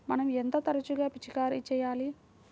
మనం ఎంత తరచుగా పిచికారీ చేయాలి?